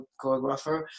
choreographer